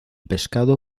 pescado